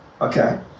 Okay